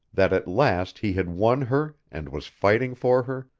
that at last he had won her and was fighting for her,